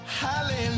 Hallelujah